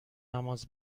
نماز